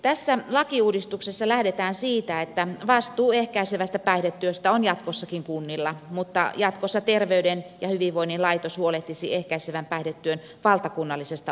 tässä lakiuudistuksessa lähdetään siitä että vastuu ehkäisevästä päihdetyöstä on jatkossakin kunnilla mutta jatkossa terveyden ja hyvinvoinnin laitos huolehtisi ehkäisevän päihdetyön valtakunnallisesta ohjaamisesta